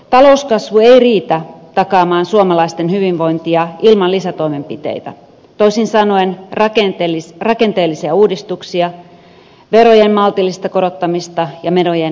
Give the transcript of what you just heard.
talouskasvu ei riitä takaamaan suomalaisten hyvinvointia ilman lisätoimenpiteitä toisin sanoen rakenteellisia uudistuksia verojen maltillista korottamista ja menojen leikkaamista